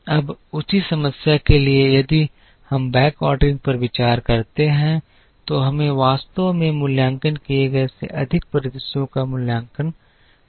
अब उसी समस्या के लिए यदि हम बैकऑर्डरिंग पर विचार करते हैं तो हमें वास्तव में मूल्यांकन किए गए से अधिक परिदृश्यों का मूल्यांकन करना होगा